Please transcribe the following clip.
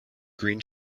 green